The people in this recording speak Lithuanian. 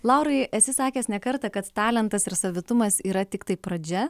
laurai esi sakęs ne kartą kad talentas ir savitumas yra tiktai pradžia